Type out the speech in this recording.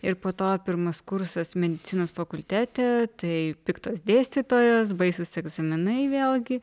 ir po to pirmas kursas medicinos fakultete tai piktas dėstytojas baisūs egzaminai vėlgi